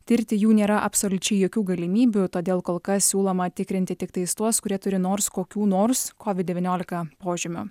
tirti jų nėra absoliučiai jokių galimybių todėl kol kas siūloma tikrinti tiktai tuos kurie turi nors kokių nors covid devyniolika požymių